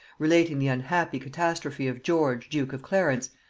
relating the unhappy catastrophe of george duke of clarence,